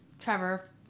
Trevor